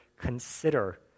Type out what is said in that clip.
consider